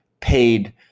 paid